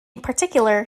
particular